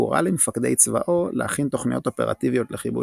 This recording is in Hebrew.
הוא הורה למפקדי צבאו להכין תוכניות אופרטיביות לכיבוש